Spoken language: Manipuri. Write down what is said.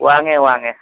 ꯋꯥꯡꯉꯦ ꯋꯥꯡꯉꯦ